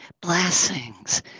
blessings